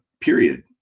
period